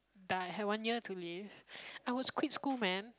die I had one year to live I would quit quit school man